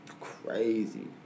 Crazy